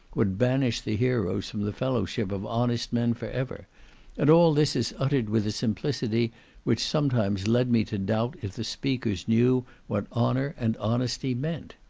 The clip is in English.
would banish the heroes from the fellowship of honest men for ever and all this is uttered with a simplicity which sometimes led me to doubt if the speakers knew what honour and honesty meant.